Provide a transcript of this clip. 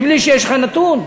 בלי שיש לך נתון.